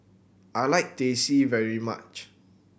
I like Teh C very much